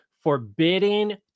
forbidding